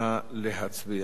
נא להצביע.